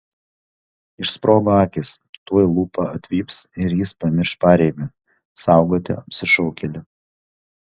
išsprogo akys tuoj lūpa atvips ir jis pamirš pareigą saugoti apsišaukėlį